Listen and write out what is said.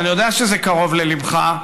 ואני יודע שזה קרוב לליבך,